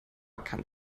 kann